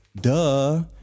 Duh